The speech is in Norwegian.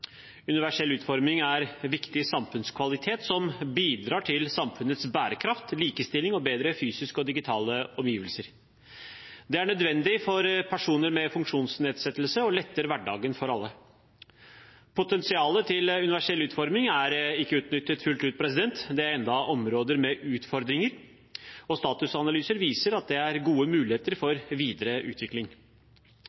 Universell utforming er en viktig samfunnskvalitet som bidrar til samfunnets bærekraft, likestilling og bedre fysiske og digitale omgivelser. Det er nødvendig for personer med funksjonsnedsettelse og letter hverdagen for alle. Potensialet til universell utforming er ikke utnyttet fullt ut. Det er enda områder med utfordringer, og statusanalyser viser at det er gode muligheter for